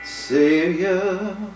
Savior